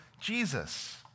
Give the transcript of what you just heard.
Jesus